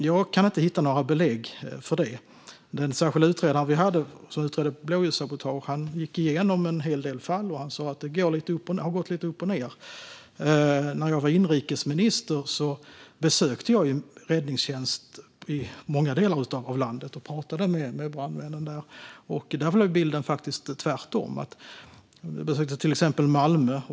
Jag kan inte hitta några belägg för det. Den särskilda utredaren som utredde blåljussabotage gick igenom en hel del fall, och han sa att det har gått lite upp och ned. När jag var inrikesminister besökte jag räddningstjänster i många delar av landet och talade med brandmännen där. Där var bilden faktiskt tvärtom, till exempel i Malmö.